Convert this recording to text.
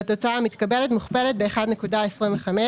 והתוצאה המתקבלת מוכפלת ב-1.25,